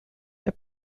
are